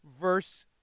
verse